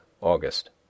August